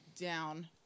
down